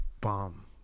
bomb